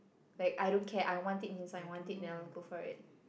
like I don't care I want it inside I want it then I'll go for it